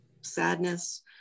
sadness